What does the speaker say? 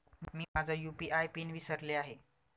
मी माझा UPI PIN विसरले आहे